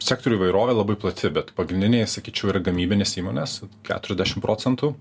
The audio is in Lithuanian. sektorių įvairovė labai plati bet pagrindiniai sakyčiau yra gamybinės įmonės keturiasdešim procentų